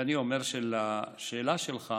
ואומר שלשאלה שלך